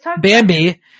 Bambi